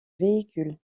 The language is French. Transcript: véhicule